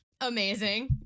Amazing